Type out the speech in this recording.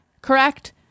correct